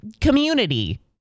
community